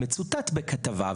מצוטט בכתבה,